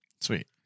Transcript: Sweet